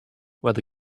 where